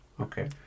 Okay